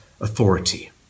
authority